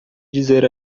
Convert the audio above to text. dizer